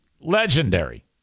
legendary